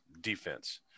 defense